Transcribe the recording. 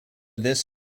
this